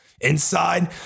inside